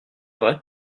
vrai